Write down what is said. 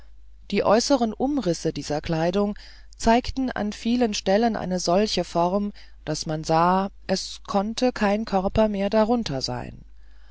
die äußeren umrisse dieser kleidung zeigten an vielen stellen eine solche form daß man sah es konnte kein körper mehr darunter sein